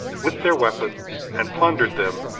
with their weapons, and plundered them,